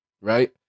right